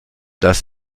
das